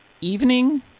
evening